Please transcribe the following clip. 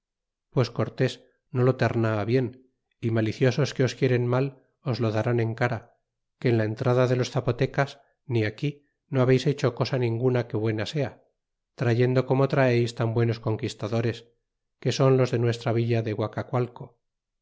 pues cortés no lo tern bien y maliciosos que os quieren mal os lo darán en cara que en la entrada de los zapotecas ni aquí no habeis hecho cosa ninguna que buena sea trayendo como traeis tan buenos conquistadores que son los de nuestra villa de